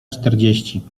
czterdzieści